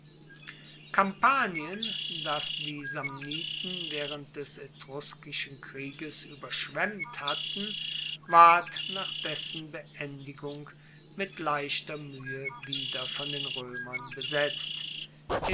kampanien das die samniten waehrend des etruskischen krieges ueberschwemmt hatten ward nach dessen beendigung mit leichter muehe wieder von den roemern besetzt